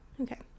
Okay